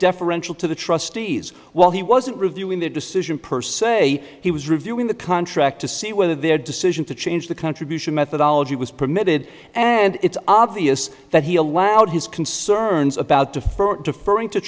deferential to the trustees while he wasn't reviewing the decision per se he was reviewing the contract to see whether their decision to change the contribution methodology was permitted and it's obvious that he allowed his concerns about defer